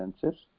senses